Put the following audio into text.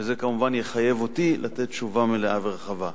וזה כמובן יחייב אותי לתת תשובה מלאה ורחבה.